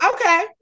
okay